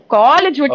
college